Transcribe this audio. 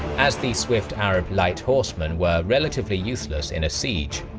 as the swift arab light horsemen were relatively usel ess in a siege,